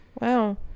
wow